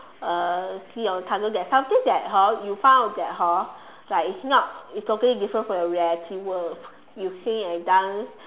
uh see or tunnel that something that hor you find out that hor like it's not it's totally different from your reality world you sing and dance